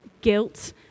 guilt